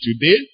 today